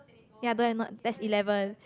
ya don't have not that's eleven